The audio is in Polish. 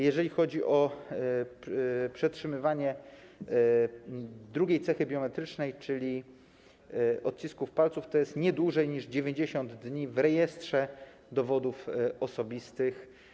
Jeżeli chodzi o przetrzymywanie drugiej cechy biometrycznej, czyli odcisków palców, to jest nie dłużej niż 90 dni w Rejestrze Dowodów Osobistych.